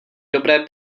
dobré